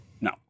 no